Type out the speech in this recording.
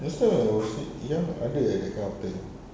that's why I was eh ya ada eh accountant